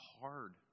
hard